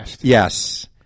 Yes